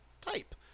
type